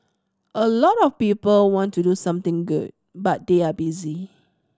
a lot of people want to do something good but they are busy